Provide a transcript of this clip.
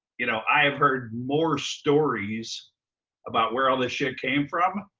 you know i have heard more stories about where all this shit came from.